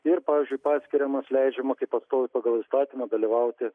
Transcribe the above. ir pavyzdžiui paskiriamas leidžiama kaip atstovui pagal įstatymą dalyvauti